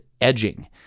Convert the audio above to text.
edging